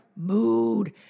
mood